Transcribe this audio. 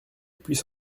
puisse